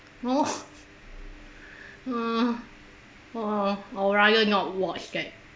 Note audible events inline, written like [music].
[laughs] oh ah ugh I rather not watch that